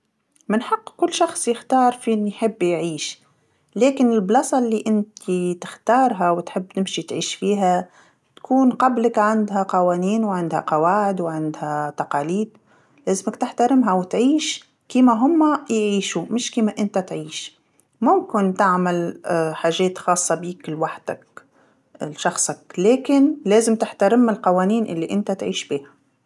من حق كل شخص يختار فين يحب يعيش، لكن البلاصه اللي أنتي تختارها وتحب تمشي تعيش فيها تكون قبلك عندها قوانين وعندها قواعد وعندها تقاليد لازمك تحتارمها وتعيش كيما هوما يعيشو مش كيما أنت تعيش، ممكن تعمل حاجات خاصه بيك لوحدك، لشخصك، لكن لازم تحترم القوانين اللي أنت تعيش بيها.